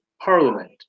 parliament